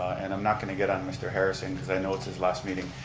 and i'm not going to get on mr. harrison cause i know it's his last meeting,